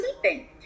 sleeping